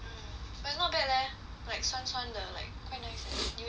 like not bad leh like 酸酸的 like quite nice ah unique ah